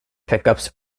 pickups